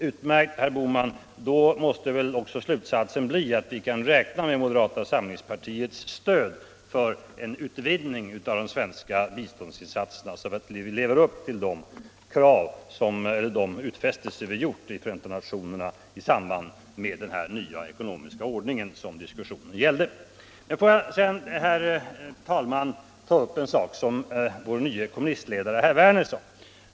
Utmärkt, herr Bohman, men då måste väl också slutsatsen bli att vi kan räkna med moderata samlingspartiets stöd för en utvidgning av de svenska biståndsinsatserna, så att vi lever upp till de utfästelser som gjorts i Förenta nationerna i samband med den nya ”ekonomiska världsordningen”. Jag vill sedan, herr talman, ta upp en sak som vår nye kommunistledare, herr Werner i Tyresö, sade.